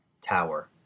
Tower